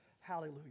Hallelujah